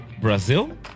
Brazil